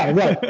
right?